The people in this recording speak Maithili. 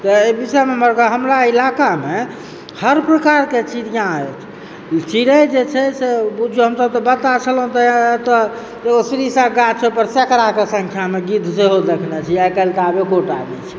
तऽ एहि विषयमे हमरा इलाकामे हर प्रकारके चिड़िया अछि चिड़ै जे छै से बुझिऔ हमसभ तऽ बच्चा छलहुँ तऽ तऽ ओ श्रीसक गाछ ओहि पर सैकड़ा कऽ सङ्ख्यामे गिद्ध सेहो दखने छी आइकल्हि तऽ आब एकोटा नहि छै